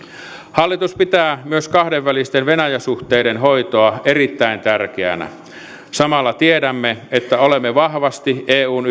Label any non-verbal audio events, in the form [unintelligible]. hallitus pitää myös kahdenvälisten venäjä suhteiden hoitoa erittäin tärkeänä samalla tiedämme että olemme vahvasti eun [unintelligible]